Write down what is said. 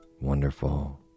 wonderful